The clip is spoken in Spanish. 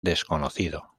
desconocido